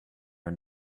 are